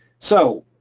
so